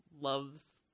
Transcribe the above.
loves